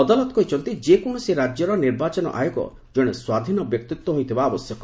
ଅଦାଲତ କହିଛନ୍ତି ଯେକୌଣସି ରାଜ୍ୟର ନିର୍ବାଚନ ଆୟୋଗ ଜଣେ ସ୍ୱାଧୀନ ବ୍ୟକ୍ତିତ୍ୱ ହୋଇଥିବା ଆବଶ୍ୟକ